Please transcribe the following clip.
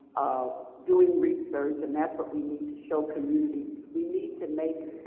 ah doing research. and that's what we need to show community. we need to make,